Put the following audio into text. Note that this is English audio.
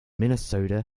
minnesota